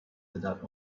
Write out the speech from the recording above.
without